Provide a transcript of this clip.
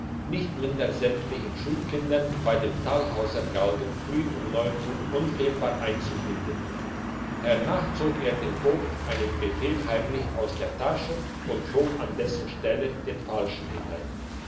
nicht minder sämtlichen schulkindern bei dem talhauser galgen früh um uhr unfehlbar einzufinden hernach zog er dem vogt einen befehl heimlich aus der tasche und schob an dessen stelle den falschen hinein